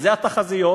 אלה התחזיות